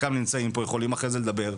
חלקם נמצאים פה ויכולים לדבר אחרי זה,